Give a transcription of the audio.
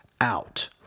out